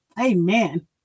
Amen